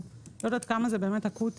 אני לא יודעת כמה זה באמת אקוטי.